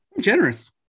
generous